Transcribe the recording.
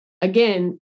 again